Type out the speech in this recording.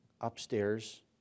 upstairs